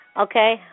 Okay